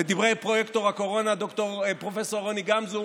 לדברי פרויקטור הקורונה פרופ' רוני גמזו,